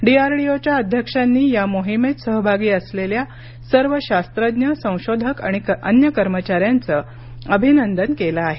डीआरडीओच्या अध्यक्षांनी या मोहीमेत सहभागी असलेल्या सर्व शास्त्रज्ञ संशोधक आणि अन्य कर्मचाऱ्यांचं अभिनंदन केलं आहे